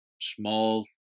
small